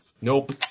Nope